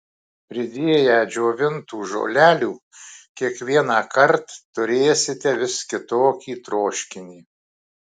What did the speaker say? pridėję džiovintų žolelių kiekvienąkart turėsite vis kitokį troškinį